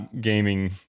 gaming